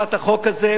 בהעברת החוק הזה,